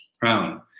crown